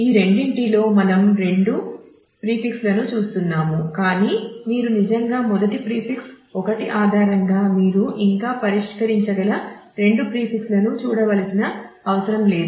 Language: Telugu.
ఈ రెండింటిలో మనం రెండు ప్రీఫిక్స్ లను చూస్తున్నాము కాని మీరు నిజంగా మొదటి ప్రీఫిక్స్ 1 ఆధారంగా మీరు ఇంకా పరిష్కరించగల రెండు ప్రీఫిక్స్లను చూడవలసిన అవసరం లేదు